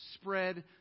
spread